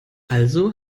also